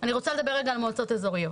אני רוצה לדבר רגע על מועצות איזוריות.